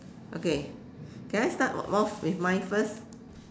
okay can I start off with mine first